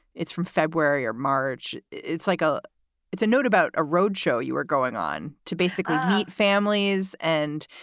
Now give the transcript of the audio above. it's from february or march. it's like a it's a note about a road show. you were going on to basically meet families and,